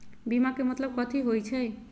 बीमा के मतलब कथी होई छई?